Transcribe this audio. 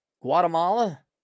Guatemala